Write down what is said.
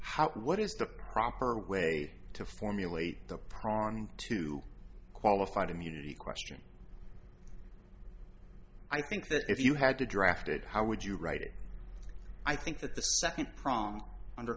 how what is the proper way to formulate the prodding to qualified immunity question i think that if you had to draft it how would you write it i think that the second prong under